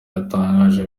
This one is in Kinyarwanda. yatangaje